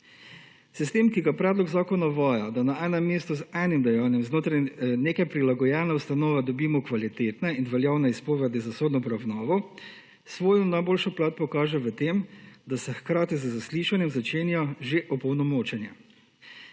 Sistem, ki ga predlog zakona uvaja – da na enem mestu z enim dejanjem znotraj neke prilagojene ustanove dobimo kvalitetne in veljavne izpovedi za sodno poravnavo – svojo najboljšo plat pokaže v tem, da se hkrati z zaslišanjem začenja že opolnomočenje.